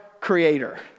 Creator